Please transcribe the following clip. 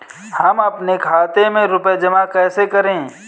हम अपने खाते में रुपए जमा कैसे करें?